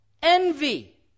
Envy